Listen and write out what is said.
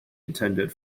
intended